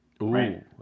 Right